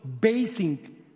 basing